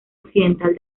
occidental